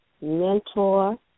mentor